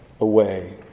away